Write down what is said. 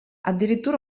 addirittura